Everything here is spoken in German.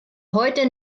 heute